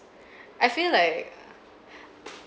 I feel like uh